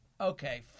okay